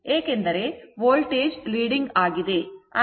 ಏಕೆಂದರೆ voltage leading ಆಗಿದೆ